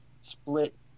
split